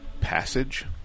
Passage